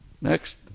Next